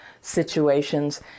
situations